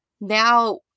now